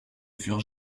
furent